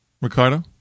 Ricardo